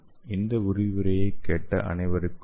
இந்த விரிவுரையைக் கேட்ட அனைவருக்கும் நன்றி